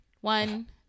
One